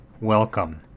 Welcome